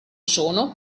sono